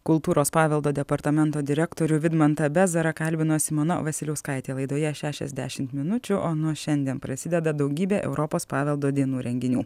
kultūros paveldo departamento direktorių vidmantą bezarą kalbino simona vasiliauskaitė laidoje šešiasdešimt minučių o nuo šiandien prasideda daugybė europos paveldo dienų renginių